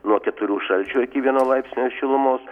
nuo keturių šalčio iki vieno laipsnio šilumos